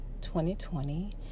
2020